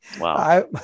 Wow